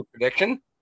prediction